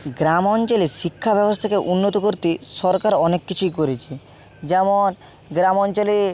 গ্রাম অঞ্চলে শিক্ষা ব্যবস্থাকে উন্নত করতে সরকার অনেক কিছুই করেছে যেমন গ্রাম অঞ্চলে